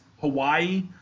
Hawaii